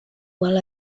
well